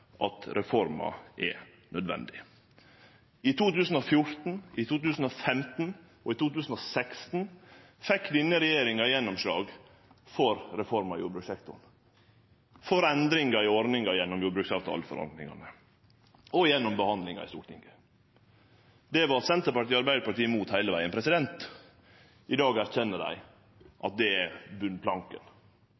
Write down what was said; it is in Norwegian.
at reformer er nødvendig. I 2014, i 2015 og i 2016 fekk denne regjeringa gjennomslag for reform av jordbrukssektoren, for endringar i ordningar gjennom jordbruksavtaleforhandlingane og gjennom behandlinga i Stortinget. Det var Senterpartiet og Arbeidarpartiet imot heile vegen. I dag erkjenner dei